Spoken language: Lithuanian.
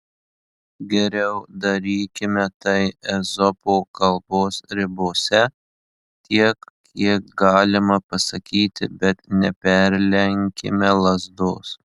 geriau darykime tai ezopo kalbos ribose tiek kiek galima pasakyti bet neperlenkime lazdos